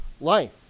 life